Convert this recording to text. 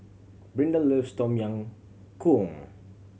Brinda loves Tom Yam Goong